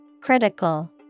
Critical